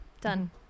Done